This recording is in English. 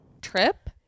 trip